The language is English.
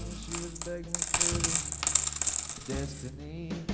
she was begging for this destiny